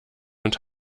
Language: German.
und